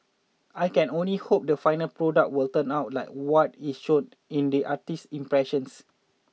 I can only hope the final product will turn out like what is shown in the artist's impressions